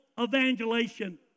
evangelization